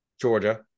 Georgia